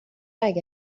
اگه